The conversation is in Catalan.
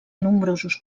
nombrosos